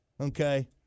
okay